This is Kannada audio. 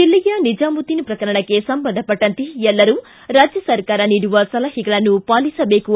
ದಿಲ್ಲಿಯ ನಿಜಾಮುದ್ದೀನ್ ಪ್ರಕರಣಕ್ಕೆ ಸಂಬಂಧಪಟ್ಟಂತೆ ಎಲ್ಲರೂ ರಾಜ್ಯ ಸರ್ಕಾರ ನೀಡುವ ಸಲಹೆಗಳನ್ನು ಪಾಲಿಸಬೇಕು